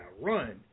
run